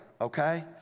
Okay